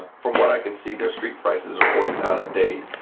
from what i can see their street prices are always out of date.